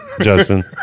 Justin